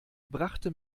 brachte